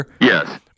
Yes